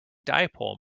dipole